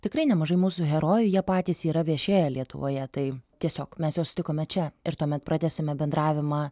tikrai nemažai mūsų herojų jie patys yra viešėję lietuvoje tai tiesiog mes juos sutikome čia ir tuomet pratęsėme bendravimą